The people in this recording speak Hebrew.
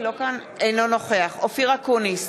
אינו נוכח אופיר אקוניס,